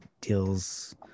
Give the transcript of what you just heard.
deals